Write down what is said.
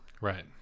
Right